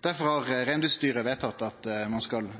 Derfor har Reindriftsstyret vedtatt at ein skal